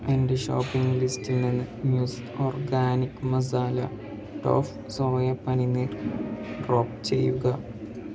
എന്റെ ഷോപ്പിംഗ് ലിസ്റ്റിൽ നിന്ന് muse organic masala tofu soya paneer drop ചെയ്യുക